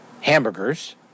hamburgers